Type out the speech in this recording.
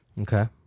Okay